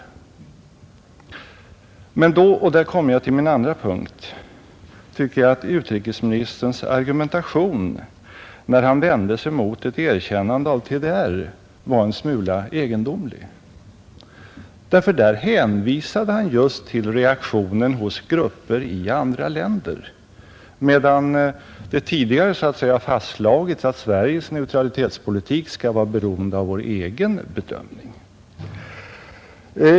Där kommer jag till min andra punkt. Jag tycker att utrikesministerns argumentation, när han vände mot ett erkännande av TDR var en smula egendomligt, för där hänvisade han just till reaktionen hos grupper i andra länder, medan det tidigare fastslagits att Sveriges neutralitetspolitik skall vara beroende av vår egen bedömning.